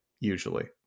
usually